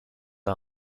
out